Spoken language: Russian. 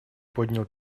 поднял